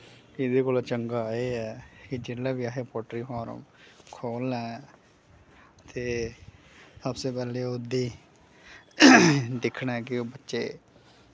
एह्दे कोला चंगा एह् ऐ कि जिसले बी असैं पोल्ट्री फार्म खोलना ऐ ते सब से पैह्ले ओह्दी दिक्खना ऐ कि बच्चे